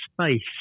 space